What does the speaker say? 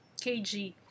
KG